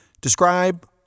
describe